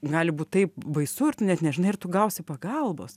gali būt taip baisu ir tu net nežinai ar tu gausi pagalbos